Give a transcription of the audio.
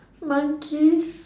monkeys